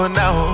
now